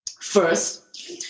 First